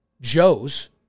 Joes